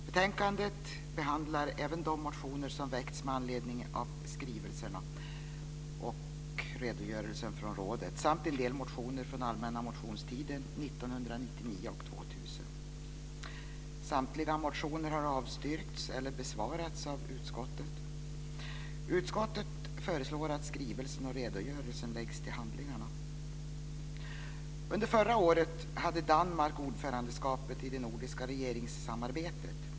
Betänkandet behandlar även de motioner som väckts med anledning av skrivelsen och redogörelsen från rådet samt en del motioner från allmänna motionstiden 1999 och Utskottet föreslår att skrivelsen och redogörelsen läggs till handlingarna. Under förra året hade Danmark ordförandeskapet i det nordiska regeringssamarbetet.